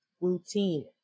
routine